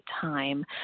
time